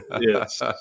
Yes